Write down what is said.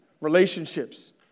Relationships